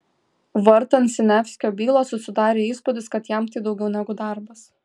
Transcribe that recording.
vartant siniavskio bylą susidarė įspūdis kad jam tai daugiau negu darbas